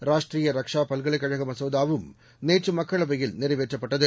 ராஷ்ட்டிய ரக்ஷா பல்கலைக்கழக மசோதாவும் நேற்று மக்களவையில் நிறைவேற்றப்பட்டது